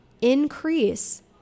increase